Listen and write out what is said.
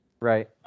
Right